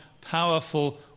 powerful